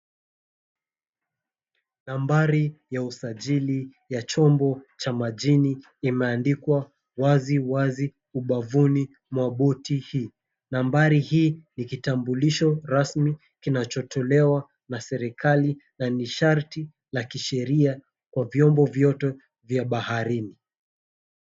Nambari ya usajili ya chombo cha majini imeandikwa waziwazi ubavuni mwa boti hii. Nambari hii ni kitambulisho rasmi kinachotolewa na serikali na ni sharti la kisheria kwa vyombo vyote vya baharini.